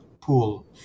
pool